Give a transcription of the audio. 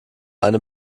eine